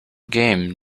game